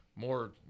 more